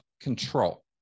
control